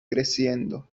creciendo